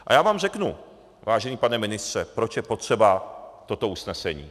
A já vám řeknu, vážený pane ministře, proč je potřeba toto usnesení.